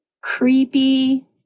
creepy